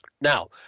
Now